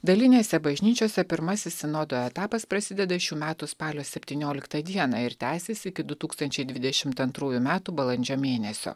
dalinėse bažnyčiose pirmasis sinodo etapas prasideda šių metų spalio septynioliktą dieną ir tęsis iki du tūkstančiai dvidešimt antrųjų metų balandžio mėnesio